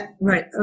right